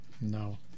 No